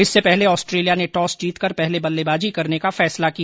इससे पहले ऑस्ट्रेलिया ने टॉस जीतकर पहले बल्लेबाजी करने का फैसला किया